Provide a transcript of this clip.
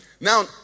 Now